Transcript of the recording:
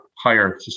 higher